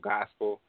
Gospel